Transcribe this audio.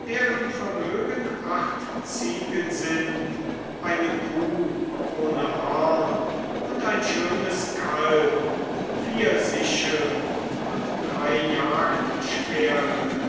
deren vermögen acht ziegen sind eine kuh ohne horn und ein schönes kalb vier sicheln und drei jagdspeere